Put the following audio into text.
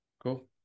cool